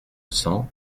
cents